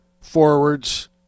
forwards